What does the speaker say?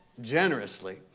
generously